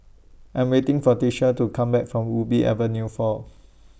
I'm waiting For Tisha to Come Back from Ubi Avenue four